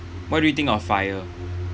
what do you think of FIRE